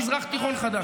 מזרח תיכון חדש.